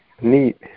neat